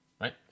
Right